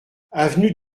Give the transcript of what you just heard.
avenue